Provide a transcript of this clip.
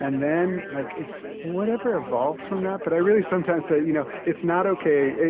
and then like whatever evolves from that. but i really sometimes say, you know, it's not ok.